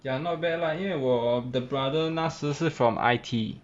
ya not bad lah 因为我的 brother 那时是 from I_T